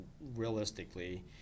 realistically